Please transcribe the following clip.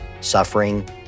suffering